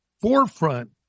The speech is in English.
forefront